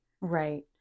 Right